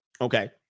Okay